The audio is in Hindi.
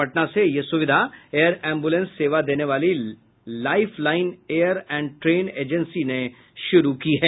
पटना से यह सुविधा एयर एम्बुलेंस सेवा देने वाली life line air and train agency ने शुरू की है